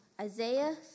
Isaiah